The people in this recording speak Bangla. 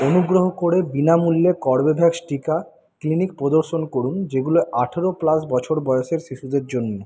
অনুগ্রহ করে বিনামূল্যে কর্বেভ্যাক্স টিকা ক্লিনিক প্রদর্শন করুন যেগুলো আঠেরো প্লাস বছর বয়সের শিশুদের জন্য